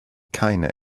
keine